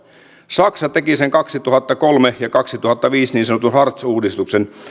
saksa teki sen kaksituhattakolme ja kaksituhattaviisi niin sanotun hartz uudistuksen